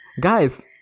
guys